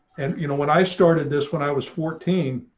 and you know, when i started this when i was fourteen,